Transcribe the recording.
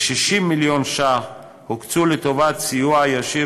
ו-60 מיליון ש"ח הוקצו לטובת סיוע ישיר